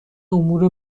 امور